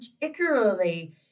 particularly